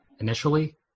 initially